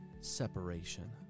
separation